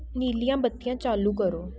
ਨੀਲੀਆਂ ਬੱਤੀਆਂ ਚਾਲੂ ਕਰੋ